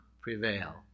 prevail